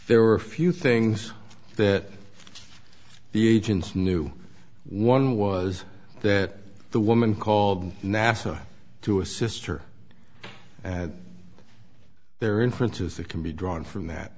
there were a few things that the agents knew one was that the woman called nasa to assist her and their inferences that can be drawn from that